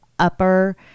upper